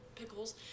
pickles